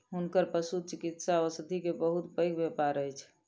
हुनकर पशुचिकित्सा औषधि के बहुत पैघ व्यापार अछि